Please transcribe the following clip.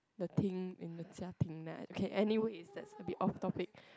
the Ting in the Jia-Ting ah okay anyway it's a bit off topic